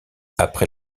après